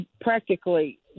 practically